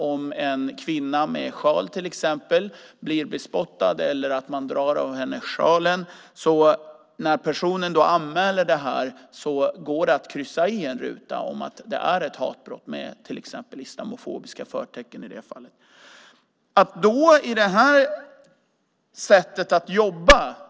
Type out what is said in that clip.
Om en kvinna med en sjal blir bespottad eller om man drar av henne sjalen och kvinnan anmäler det går det i dag att kryssa i en ruta att det är ett hatbrott, med till exempel islamofobiska förtecken som i det fallet.